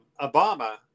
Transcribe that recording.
Obama